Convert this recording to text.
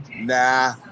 nah